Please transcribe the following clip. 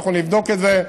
אנחנו נבדוק את זה.